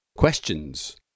Questions